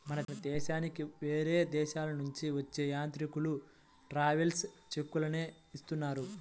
మన దేశానికి వేరే దేశాలనుంచి వచ్చే యాత్రికులు ట్రావెలర్స్ చెక్కులనే ఇస్తున్నారు